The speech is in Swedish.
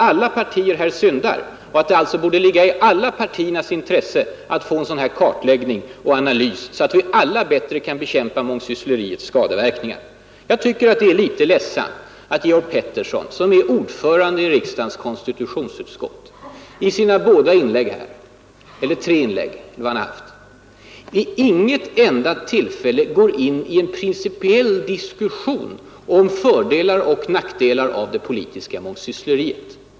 Alla partier syndar här, och det borde ligga i alla partiers intresse att få en sådan här kartläggning och analys, så att vi alla bättre skulle kunna bekämpa mångsyssleriets skadeverkningar. Jag tycker att det är litet ledsamt att Georg Pettersson, som är ordförande i riksdagens konstitutionsutskott, vid inget tillfälle i sina inlägg gått in på en principiell diskussion om fördelar och nackdelar av det politiska mångsyssleriet.